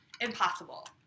impossible